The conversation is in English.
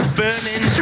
burning